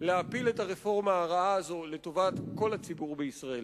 להפיל את הרפורמה הרעה הזו לטובת כל הציבור בישראל.